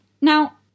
Now